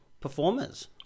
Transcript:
performers